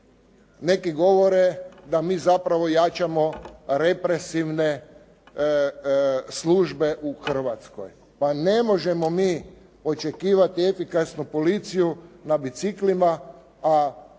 neki govore da mi zapravo jačamo respresivne službe u Hrvatskoj. Pa ne možemo mi očekivati efikasnu policiju na biciklima a